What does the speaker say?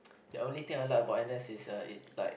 the only thing I like about n_s is uh it like